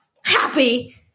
Happy